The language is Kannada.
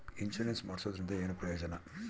ಇನ್ಸುರೆನ್ಸ್ ಮಾಡ್ಸೋದರಿಂದ ಏನು ಪ್ರಯೋಜನ?